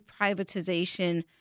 privatization